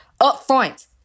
upfront